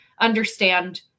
understand